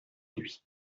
lui